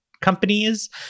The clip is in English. companies